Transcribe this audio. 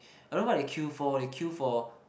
I don't know what they queue for they queue for